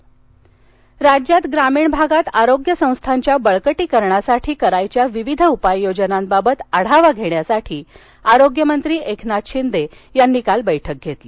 ग्रामीण आरोग्य संस्था राज्यात ग्रामीण भागात आरोग्य संस्थांच्या बळकटीकरणासाठी करावयाच्या विविध उपाययोजनांबाबत आढावा घेण्यासाठी आरोग्यमंत्री एकनाथ शिंदे यांनी काल बैठक घेतली